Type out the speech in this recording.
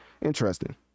interesting